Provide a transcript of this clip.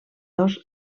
dos